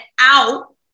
out